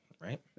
right